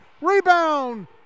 Rebound